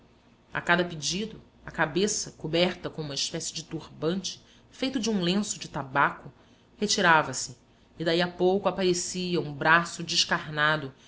a cada pedido a cabeça coberta com uma espécie de turbante feito de um lenço de tabaco retirava se e daí a pouco aparecia um braço descarnado